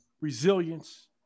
resilience